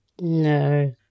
no